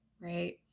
right